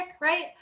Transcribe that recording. right